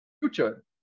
future